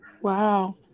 Wow